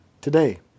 today